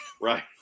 Right